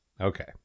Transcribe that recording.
Okay